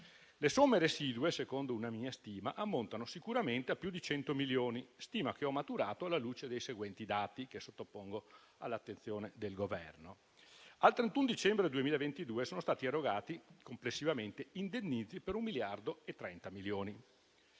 le somme residue, secondo una mia stima, ammontano sicuramente a più di 100 milioni, stima che ho maturato alla luce dei seguenti dati che sottopongo all'attenzione del Governo. Al 31 dicembre 2022 sono stati erogati complessivamente indennizzi per 1,3 miliardi. La Consap,